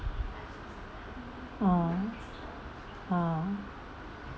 oh oh